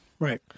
Right